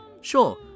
Sure